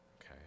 Okay